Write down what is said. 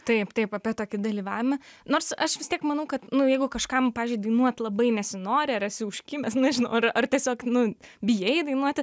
taip taip apie tokį dalyvavimą nors aš vis tiek manau kad nu jeigu kažkam pavyzdžiui dainuot labai nesinori ar esi užkimęs nežinau ar ar tiesiog nu bijai dainuoti